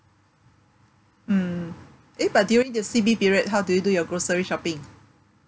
mm eh but during the C_B period how do you do your grocery shopping